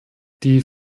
die